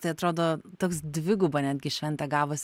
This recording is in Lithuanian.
tai atrodo toks dviguba netgi šventė gavos